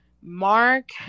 Mark